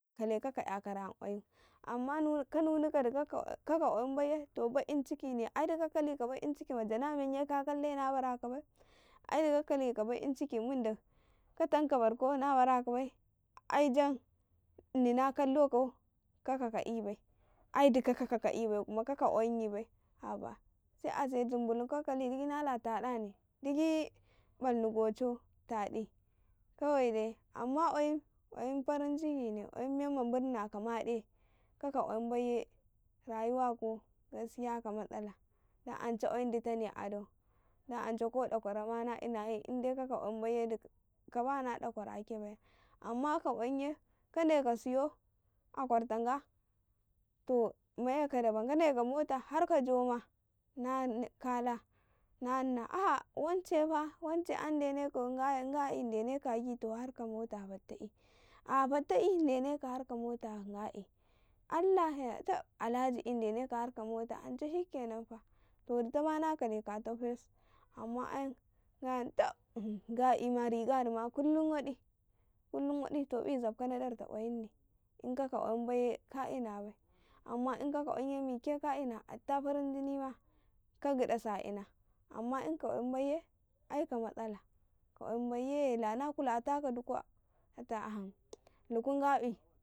﻿Kaleka ka ''yakara ma kwayin amman ka nunuka dka ka kwa yin bai ye cikine ai duka kali ka ka bakin cikin ka tanka barkan na baraka bai, ai jan ini na mayakau kaka ka'i bai ai duka kaka ka'i bai haba se ase zumbulum ka kali ahidi na la ta ɗani, digi barni gocho tadiii kwayina, kwayin baiye amman ance kwayin dta ne yakara dan ance ka dakwa rama nala ina he ka kwayin baiye kaba na ɗakwaraka ma indai kaka ka kwayin ye kade ka siyau a kwara ta nga to mayeka daban ka ndeko mota mayaka har ka joma kala na ina oh wancefa nga yan deneka a gitan haka mota fatta ƃi, ah fatta ƃi deneka har ka mota ini dange da Alhaji ƃi deneke harka mota to ditama na kala ka ta fes amma ayan tab gabima riganima kullun waɗi, zabka na darta kwayinne inka ka kwayin baiye ka ina bai, ma inkaka kwayin ye gdesi a ina ka kwayin bai ye ai ka amman ka kwayin baiye lana kulata ka duku dukum nga ƃi.